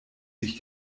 sich